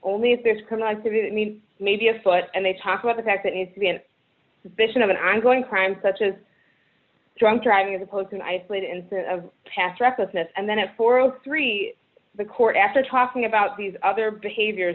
only if there's criminal activity mean maybe a foot and they talk about the fact that needs to be an addition of an ongoing crime such as drunk driving as opposed to an isolated incident of past recklessness and then at four o three the court after talking about these other behaviors